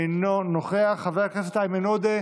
אינו נוכח, חבר הכנסת איימן עודה,